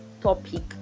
topic